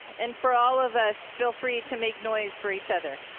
and for all of us, feel free to make noise for each other.